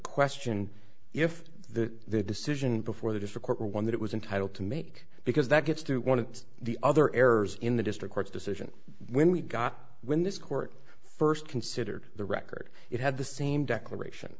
question if the decision before the difficult were one that it was entitled to make because that gets through one of the other errors in the district court's decision when we got when this court first considered the record it had the same declaration